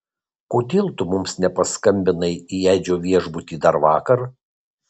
kodėl tu mums nepaskambinai į edžio viešbutį dar vakar